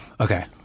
Okay